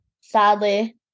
Sadly